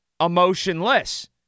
emotionless